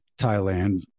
Thailand